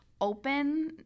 open –